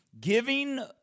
Giving